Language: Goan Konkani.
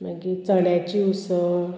मागीर चण्याची उसो